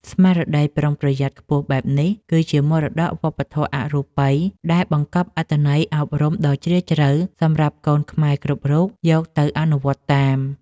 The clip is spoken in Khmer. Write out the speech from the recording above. ស្មារតីប្រុងប្រយ័ត្នខ្ពស់បែបនេះ គឺជាមរតកវប្បធម៌អរូបីដែលបង្កប់នូវអត្ថន័យអប់រំដ៏ជ្រាលជ្រៅសម្រាប់កូនខ្មែរគ្រប់រូបយកទៅអនុវត្តតាម។